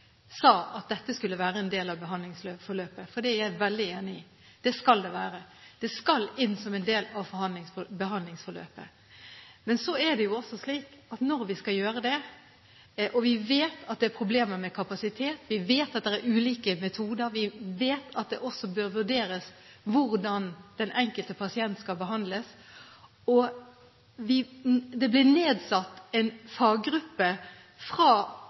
sa at dette skulle være en del av behandlingsforløpet, for det er jeg veldig enig i. Det skal det være. Det skal inn som en del av behandlingsforløpet. Men så er det jo også slik at når vi skal gjøre det, vet vi at det er problemer med kapasitet. Vi vet at det er ulike metoder. Vi vet at det også bør vurderes hvordan den enkelte pasient skal behandles. Det ble nedsatt en faggruppe med representanter fra